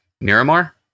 Miramar